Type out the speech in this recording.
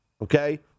okay